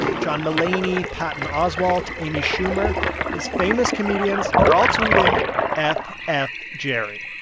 john mulaney, patton oswalt, amy schumer these famous comedians they're all tweeting f f jerry.